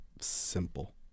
simple